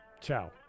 ciao